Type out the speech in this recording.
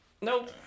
Nope